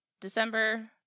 December